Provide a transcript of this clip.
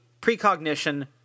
precognition